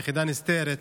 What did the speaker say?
יחידה נסתרת,